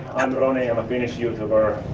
i'm ronnie, i'm a finnish youtuber.